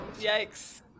Yikes